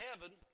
heaven